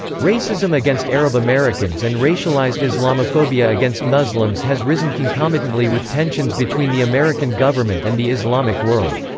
racism against arab americans and racialized islamophobia against muslims has risen concomitantly with tensions between the american government and the islamic world.